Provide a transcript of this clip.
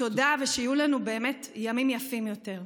תודה, ושיהיו לנו באמת ימים יפים יותר.